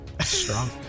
Strong